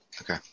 okay